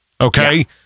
Okay